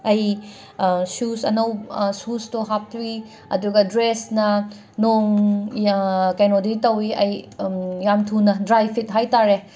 ꯑꯩ ꯁꯨꯁ ꯑꯅꯧ ꯁꯨꯁꯇꯣ ꯍꯥꯞꯄꯤ ꯑꯗꯨꯒ ꯗ꯭ꯔꯦꯁꯅ ꯅꯣꯡ ꯀꯩꯅꯣꯗꯤ ꯇꯧꯋꯤ ꯑꯩ ꯌꯥꯝꯅ ꯊꯨꯅ ꯗ꯭ꯔꯥꯏ ꯐꯤꯠ ꯍꯥꯏꯇꯥꯔꯦ